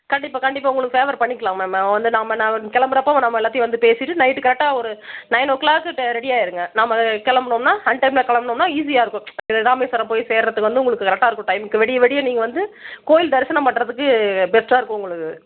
கண்டிப்பாக கண்டிப்பாக உங்களுக்கு ஃபேவர் பண்ணிக்கலாம் மேம் நாங்கள் வந்து நம்ம நாங்கள் கிளம்புறப்போ நம்ம எல்லாத்தையும் வந்து பேசிவிட்டு நைட்டு கரெக்டாக ஒரு நைன் ஓ க்ளாக் ரெடியாக இருங்கள் நம்ம கிளம்புனோம்னா அன்டைமில் கிளம்புனோம்னா ஈஸியாக இருக்கும் இது ராமேஸ்வரம் போய் சேர்கிறதுக்கு வந்து உங்களுக்கு கரெக்டாக இருக்கும் டைமுக்கு விடிய விடிய நீங்கள் வந்து கோவில் தரிசனம் பண்ணுறதுக்கு பெட்டராக இருக்கும் உங்களுக்கு